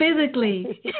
Physically